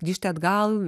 grįžti atgal